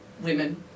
women